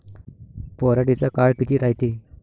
पराटीचा काळ किती रायते?